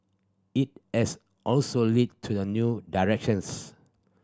it has also led to the new directions